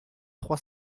trois